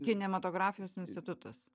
kinematografijos institutas